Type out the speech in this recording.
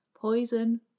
poison